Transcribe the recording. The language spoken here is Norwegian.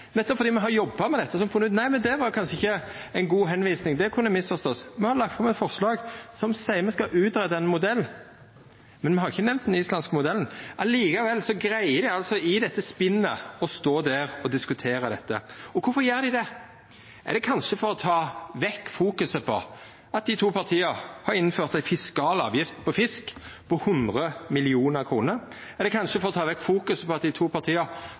fordi me har jobba med dette, og så har me funne ut at nei, det var kanskje ikkje ein god referanse, det kunne verta misforstått. Me har lagt fram eit forslag som seier at me skal greia ut ein modell, men me har ikkje nemnt den islandske modellen. Likevel greier dei altså i dette spinnet å stå der og diskutera dette. Korfor gjer dei det? Er det kanskje for å ta vekk fokuset på at dei to partia har introdusert ei fiskal avgift på fisk på 100 mill. kr? Er det kanskje for å ta vekk fokuset på at dei to partia